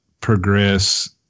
progress